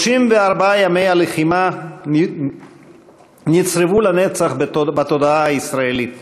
34 ימי הלחימה נצרבו לנצח בתודעה הישראלית,